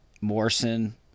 Morrison